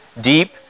deep